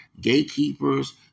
gatekeepers